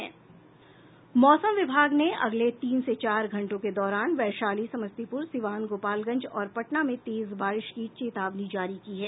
मौसम विभाग ने अगले तीन से चार घंटों के दौरान वैशाली समस्तीपूर सिवान गोपालगंज और पटना में तेज बारिश की चेतावनी जारी की है